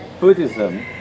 Buddhism